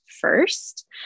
first